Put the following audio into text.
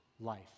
life